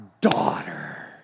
daughter